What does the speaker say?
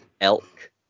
Elk